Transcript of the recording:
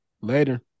Later